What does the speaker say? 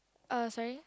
uh sorry